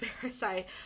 Parasite